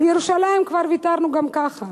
על ירושלים כבר ויתרנו גם ככה.